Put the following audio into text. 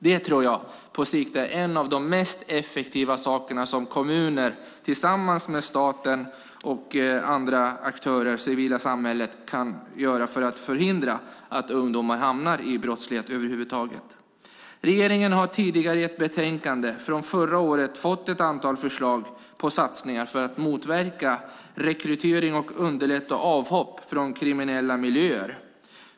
Det tror jag på sikt är en av de mest effektiva åtgärderna som kommuner tillsammans med staten och andra aktörer i det civila samhället kan vidta för att förhindra att ungdomar över huvud taget hamnar i brottslighet. Regeringen har tidigare i ett betänkande från förra året fått ett antal förslag på satsningar för att motverka rekrytering till och underlätta avhopp från kriminella miljöer.